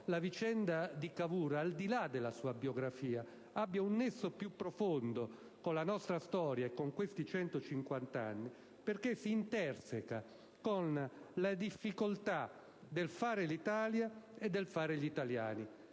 la vicenda di Cavour, al di là della sua biografia, abbia un nesso profondo con questi 150 anni della nostra storia, perché si interseca con la difficoltà del fare l'Italia e del fare gli italiani.